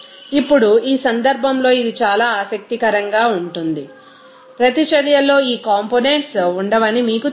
ఇప్పుడు ఈ సందర్భంలో ఇది చాలా ఆసక్తికరంగా ఉంటుంది ప్రతిచర్యలోఈ కాంపోనేనట్స్ వుండవని మీకు తెలుసు